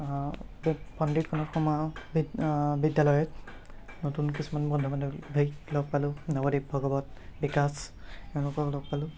সন্দিকখনত সোমাও বিদ বিদ্যালয়ত নতুন কিছুমান বন্ধু বান্ধৱীক লগ পালোঁ নৱদ্বীপ ভগৱত বিকাশ এওঁলোকক লগ পালোঁ